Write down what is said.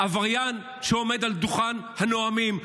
עבריין שעומד על דוכן הנואמים.